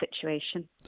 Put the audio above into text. situation